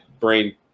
brain